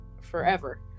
forever